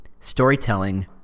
storytelling